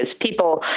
people